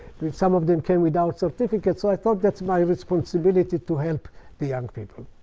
some of them came without certificates. so i thought that's my responsibility to help the young people.